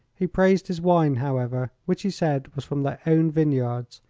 he praised his wine, however, which he said was from their own vineyards,